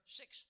six